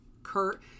kurt